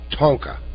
Tonka